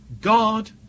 God